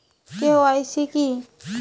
KYC কী?